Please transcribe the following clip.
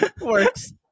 Works